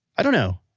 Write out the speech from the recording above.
i don't know.